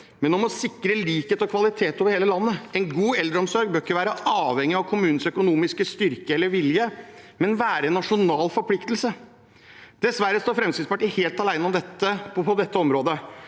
men om å sikre likhet og kvalitet over hele landet. En god eldreomsorg bør ikke være avhengig av kommunens økonomiske styrke eller vilje, men være en nasjonal forpliktelse. Dessverre står Fremskrittspartiet helt alene på dette området.